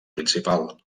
principal